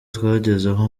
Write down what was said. twagezeho